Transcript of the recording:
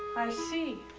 i see.